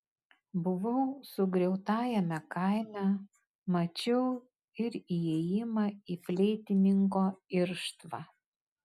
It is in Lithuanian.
buvau sugriautajame kaime mačiau ir įėjimą į fleitininko irštvą